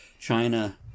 China